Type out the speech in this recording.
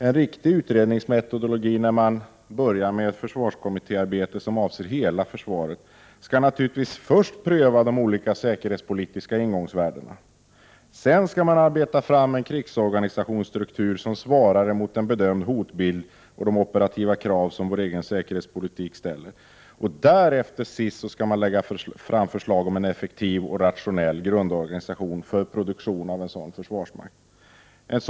En riktig utredningsmetodologi när man börjar med det försvarskommittéarbete som avser hela försvaret skall naturligtvis först pröva de olika säkerhetspolitiska ingångsvärdena. Sedan skall man arbeta fram en krigsorganisationsstruktur som svarar emot en bedömd hotbild och de operativa krav som vår säkerhetspolitik ställer. Till sist skall man lägga fram förslag till en effektiv och rationell grundorganisation för produktion av en sådan försvarsmakt.